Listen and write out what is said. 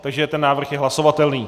Takže návrh je hlasovatelný.